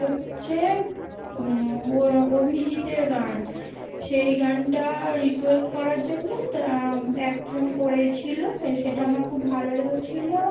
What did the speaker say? হচ্ছে অ অভিজিতের গান সেই গানটা রিকোয়েস্ট করার জন্য তা একজন করেছিলো আর সেটা আমার খুব ভালো লেগেছিলো